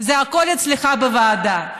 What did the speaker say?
זה הכול אצלך בוועדה.